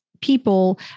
people